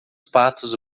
patos